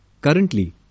currently